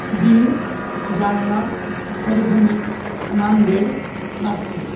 bead Jalna Parbhani Nanded Nagpur